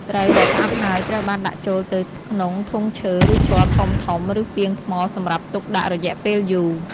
ត្រីដែលផ្អាប់ហើយត្រូវបានដាក់ចូលទៅក្នុង ធុងឈើ ឬជ័រធំៗ ឬពាងថ្មសម្រាប់ទុកដាក់រយៈពេលយូរ។